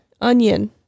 Onion